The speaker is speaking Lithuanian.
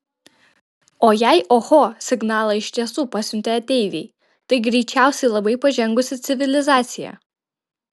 o jei oho signalą iš tiesų pasiuntė ateiviai tai greičiausiai labai pažengusi civilizacija